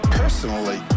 personally